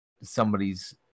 somebody's